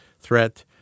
threat